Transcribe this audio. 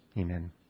Amen